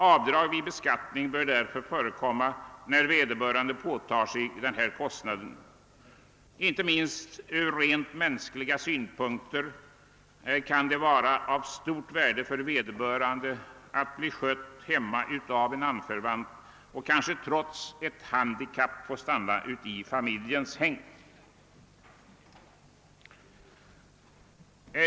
Avdrag vid beskattningen bör förekomma när någon påtar sig en sådan uppgift. Inte minst ur rent mänskliga synpunkter kan det vara av stort värde för vederbörande att bli skött hemma av en anförvant och kanske trots ett handikapp få stanna i familjens hägn.